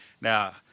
Now